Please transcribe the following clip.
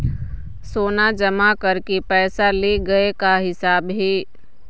सोना जमा करके पैसा ले गए का हिसाब हे?